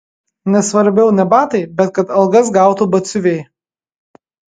nes svarbiau ne batai bet kad algas gautų batsiuviai